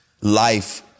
life